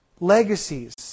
Legacies